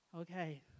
okay